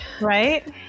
Right